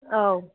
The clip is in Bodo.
औ